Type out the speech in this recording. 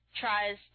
tries